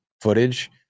footage